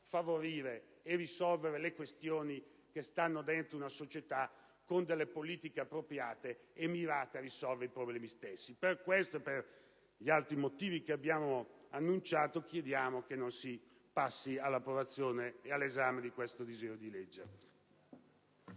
favorire e risolvere le questioni all'interno di una società con delle politiche appropriate e mirate a risolvere i problemi stessi. Per questo e per gli altri motivi che abbiamo richiamato, chiediamo che non si passi all'esame del disegno di legge